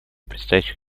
предстоящих